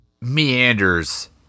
meanders